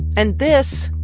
and this,